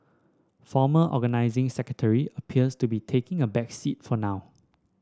former Organising Secretary appears to be taking a back seat for now